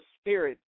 Spirit